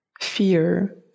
fear